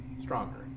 stronger